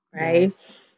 right